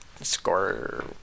score